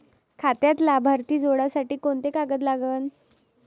खात्यात लाभार्थी जोडासाठी कोंते कागद लागन?